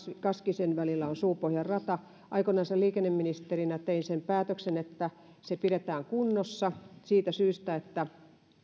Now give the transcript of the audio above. kaskinen välillä olevan suupohjan radan aikoinansa liikenneministerinä tein sen päätöksen että se pidetään kunnossa siitä syystä että